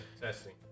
testing